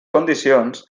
condicions